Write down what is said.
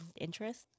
interest